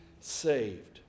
saved